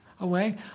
away